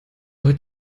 heute